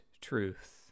truth